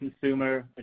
consumer